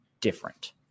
different